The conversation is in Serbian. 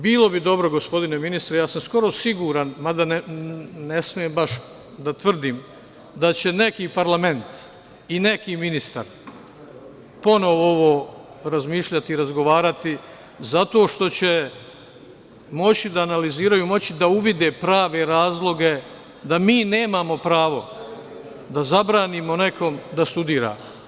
Bilo bi dobro, gospodine ministre, ja sam skoro siguran, mada, ne smem baš da tvrdim, da će neki parlament i neki ministar ponovo ovo razmišljati i razgovarati, zato što će moći da analiziraju, moći da uvide prave razloge da mi nemamo pravo da zabranimo nekome da studira.